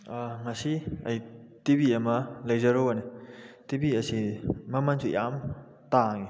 ꯉꯁꯤ ꯑꯩ ꯇꯤꯚꯤ ꯑꯃ ꯂꯩꯖꯔꯨꯕꯅꯤ ꯇꯤꯚꯤ ꯑꯁꯤ ꯃꯃꯜꯁꯨ ꯌꯥꯝ ꯇꯥꯡꯉꯤ